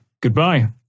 goodbye